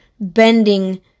bending